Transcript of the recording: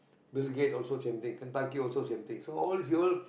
Bill-Gates also same thing Kentucky also same thing so all these people